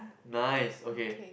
nice okay